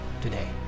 today